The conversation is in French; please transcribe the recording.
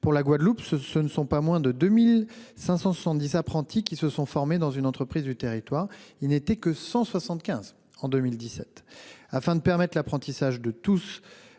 Pour la Guadeloupe, ce ne sont pas moins de 2 570 apprentis qui se sont formés dans une entreprise du territoire, alors qu'ils n'étaient que 175 en 2017 ! Afin de permettre l'apprentissage de tous